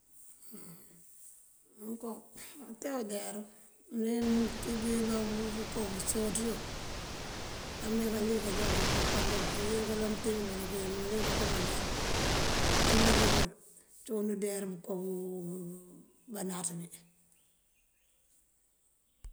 Mënko kate udeyar, uleer wí mëntíb wí bá bëko bësotiyo ame kalik kajá këpëndul. Iwín kaloŋ mëntíb bul këwín mëlik këma já tula dí bul. Cúun udeyar bëko banaţ bí.